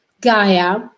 gaia